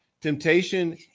temptation